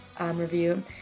review